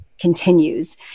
continues